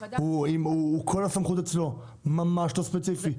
כל הסמכות אצלו, ממש לא ספציפי.